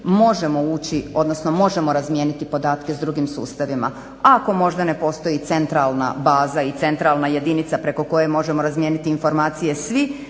možemo ući, odnosno možemo razmijeniti podatke s drugim sustavima. Ako možda ne postoji centralna baza i centralna jedinica preko koje možemo razmijeniti informacije svi